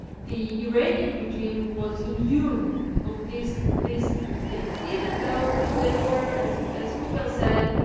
the iranian regime was immune of these these two things, even though they were, as as kuper said,